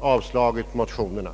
avslagit motionerna.